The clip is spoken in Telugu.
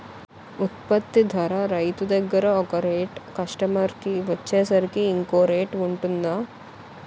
ఉత్పత్తి ధర రైతు దగ్గర ఒక రేట్ కస్టమర్ కి వచ్చేసరికి ఇంకో రేట్ వుంటుందా?